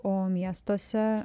o miestuose